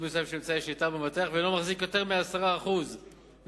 מסוים של אמצעי שליטה במבטח ואינו מחזיק יותר מ-10% מסוג